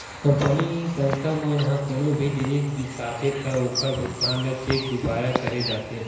company, संस्था मन ह कोनो भी जिनिस बिसाथे त ओखर भुगतान ल चेक दुवारा करे जाथे